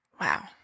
wow